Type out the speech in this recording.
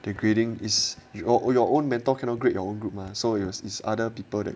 the grading is you or your own mentor cannot grade your own group mah so yours is other people that